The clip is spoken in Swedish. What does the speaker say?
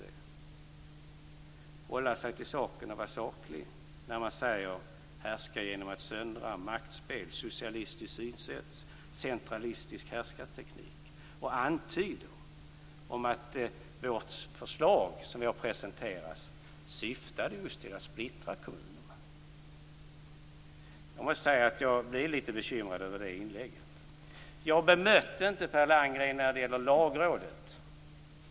Det är inte att hålla sig saken och vara saklig när man talar om att härska genom att söndra, om maktspel, socialistiskt synsätt och centralistisk härskarteknik och när man antyder att vårt förslag som vi har presenterat syftar till att splittra kommunerna. Jag blev lite bekymrad över det inlägget. Jag bemötte inte Per Landgren när det gällde Lagrådet.